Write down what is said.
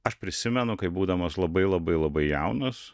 aš prisimenu kaip būdamas labai labai labai jaunas